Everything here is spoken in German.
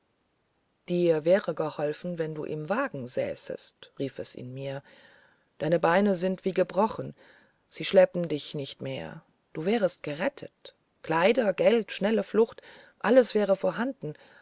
dir wäre geholfen wenn du im wagen säßest riefs in mir deine beine sind wie gebrochen sie schleppen dich nicht mehr du wärest gerettet kleider geld schnelle flucht alles wäre vorhanden